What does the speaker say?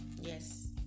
yes